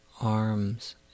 arms